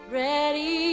ready